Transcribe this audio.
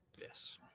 Yes